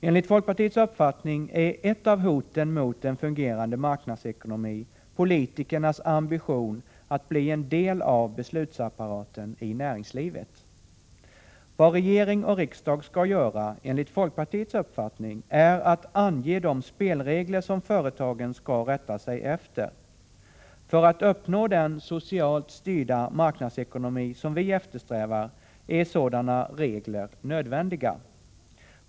Enligt folkpartiets uppfattning är ett av hoten mot en fungerande marknadsekonomi politikernas ambition att bli en del av beslutsapparaten i näringslivet. Vad regering och riksdag enligt folkpartiets uppfattning skall göra är att ange de spelregler som företagen skall rätta sig efter. För att uppnå den socialt styrda marknadsekonomi som vi eftersträvar är sådana regler nödvändiga.